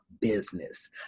business